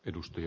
edusti